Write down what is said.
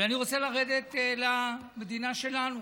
אבל אני רוצה לרדת למדינה שלנו.